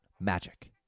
magic